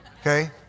okay